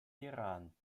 iran